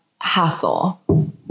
hassle